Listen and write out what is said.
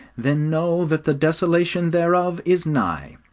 then know that the desolation thereof is nigh.